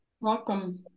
Welcome